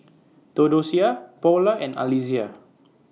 Theodocia Paula and Alysia